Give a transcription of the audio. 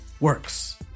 works